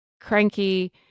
cranky